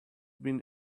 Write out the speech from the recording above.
been